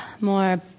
more